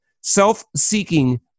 Self-seeking